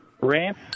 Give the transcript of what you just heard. Ramp